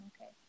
okay